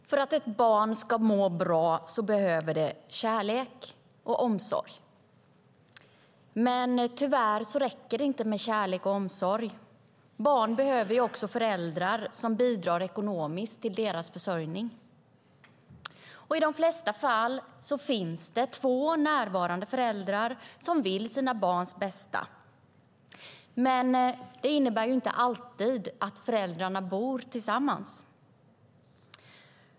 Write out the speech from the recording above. Herr talman! För att ett barn ska må bra behöver det kärlek och omsorg. Tyvärr räcker det inte med kärlek och omsorg. Barn behöver också föräldrar som bidrar ekonomiskt till deras försörjning. I de flesta fall finns det två närvarande föräldrar som vill sina barns bästa, men det innebär inte alltid att föräldrarna bor tillsammans.